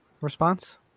response